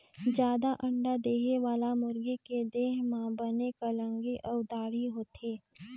जादा अंडा देहे वाला मुरगी के देह म बने कलंगी अउ दाड़ी होथे